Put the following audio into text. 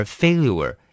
failure